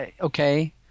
okay